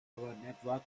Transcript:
network